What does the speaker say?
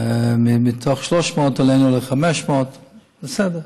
ומתוך 300 העלינו ל-500, בסדר.